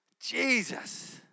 Jesus